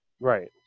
Right